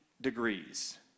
degrees